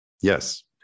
Yes